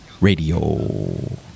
radio